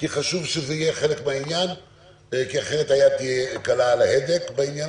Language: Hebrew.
חשוב שזה יהיה חלק מהעניין אחרת היד תהיה קלה על ההדק.